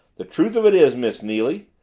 the truth of it is, miss neily,